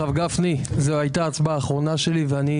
הרב גפני, זאת הייתה ההצבעה האחרונה שלי ואני